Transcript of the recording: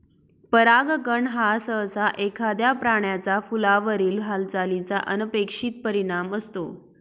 परागकण हा सहसा एखाद्या प्राण्याचा फुलावरील हालचालीचा अनपेक्षित परिणाम असतो